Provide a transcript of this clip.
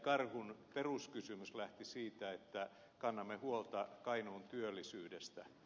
karhun peruskysymys lähti siitä että kannamme huolta kainuun työllisyydestä